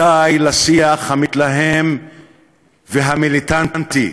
די לשיח המתלהם והמיליטנטי.